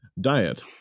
Diet